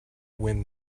when